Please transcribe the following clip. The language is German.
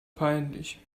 peinlich